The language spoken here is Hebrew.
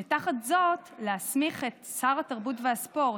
ותחת זאת מסמיכים את שר התרבות והספורט,